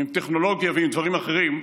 עם טכנולוגיה ועם דברים אחרים,